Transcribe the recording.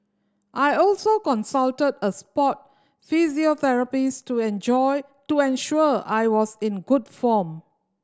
I also consulted a sport physiotherapist to enjoy to ensure I was in good form